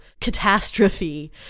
catastrophe